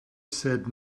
said